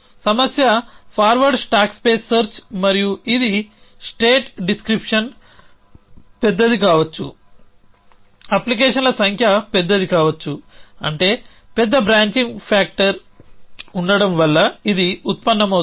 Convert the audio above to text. సమస్య forward stack space search మరియు ఇది స్టేట్ డిస్క్రిప్షన్ పెద్దది కావచ్చు అప్లికేషన్ల సంఖ్య పెద్దది కావచ్చు అంటే పెద్ద బ్రాంచింగ్ ఫ్యాక్టర్ ఉండటం వల్ల ఇది ఉత్పన్నమవుతుంది